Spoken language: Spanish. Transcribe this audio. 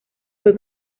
fue